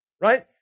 Right